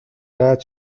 قطع